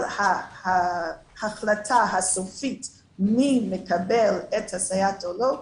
אבל ההחלטה הסופית מי מקבל סייעת או לא,